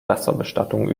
wasserbestattung